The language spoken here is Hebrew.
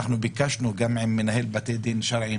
ביקשנו גם ממנהל בתי הדין השרעיים,